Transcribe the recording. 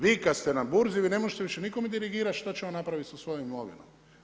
Vi kad ste na burzi, vi ne možete više nikome dirigirati šta će on napraviti sa svojom imovinom.